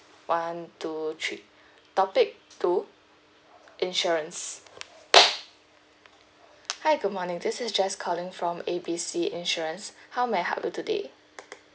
one two three topic two insurance hi good morning this is jess calling from A B C insurance how may I help you today